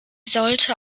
sollte